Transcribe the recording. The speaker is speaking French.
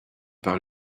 par